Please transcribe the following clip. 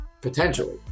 potentially